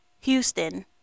Houston